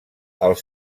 els